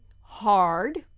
hard